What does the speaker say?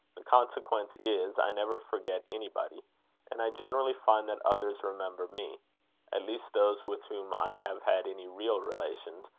the consequence is, i never forget anybody and i generally find that others remember me at least those with whom i have had any real relations,